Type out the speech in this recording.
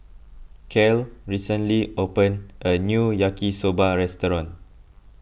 Cal recently opened a new Yaki Soba restaurant